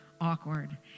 awkward